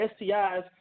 STIs